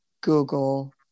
Google